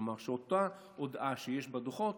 כלומר, שאותה הודעה שיש בדוחות